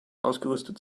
ausgerüstet